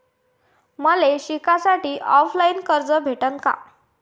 मले शिकासाठी ऑफलाईन कर्ज भेटन का?